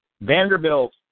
Vanderbilt